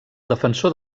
defensor